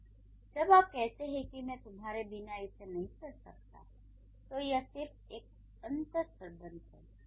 और जब आप कहते हैं कि मैं तुम्हारे बिना इसे नहीं कर सकता तो यह सिर्फ एक अंतर्संबंध है